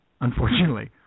Unfortunately